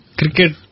cricket